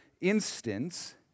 instance